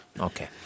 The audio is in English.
okay